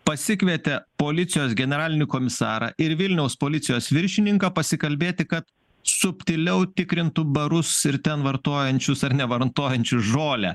pasikvietė policijos generalinį komisarą ir vilniaus policijos viršininką pasikalbėti kad subtiliau tikrintų barus ir ten vartojančius ar nevartojančius žolę